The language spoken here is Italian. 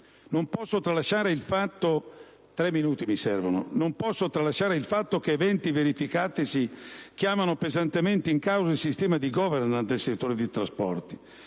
Non posso tralasciare il fatto che gli eventi verificatisi chiamano pesantemente in causa il sistema di *governance* del settore dei trasporti.